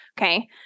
Okay